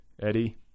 Eddie